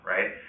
Right